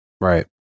right